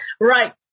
Right